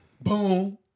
Boom